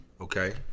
Okay